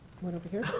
one over here.